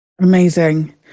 Amazing